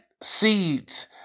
seeds